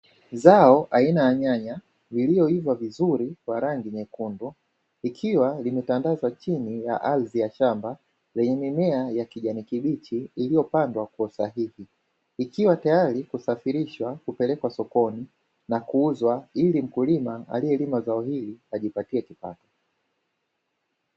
Zao aina ya nyanya zilizoiva vizuri kwa rangi nyekundu, ikiwa limetandazwa chini ya ardhi ya shamba lenye mimea ya kijani kibichi iliyopandwa kwa usahihi, ikiwa tayari kusafirishwa kupelekwa sokoni na kuuzwa. Ili mkulima aliyelima zao hili ajipatie kipato.